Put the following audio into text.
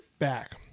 back